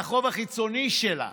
על החוב החיצוני שלה,